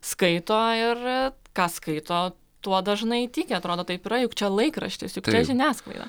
skaito ir ką skaito tuo dažnai tiki atrodo taip yra juk čia laikraštis žiniasklaida